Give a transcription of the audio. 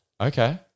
Okay